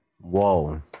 Whoa